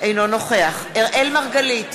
אינו נוכח אראל מרגלית,